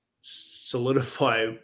solidify